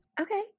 Okay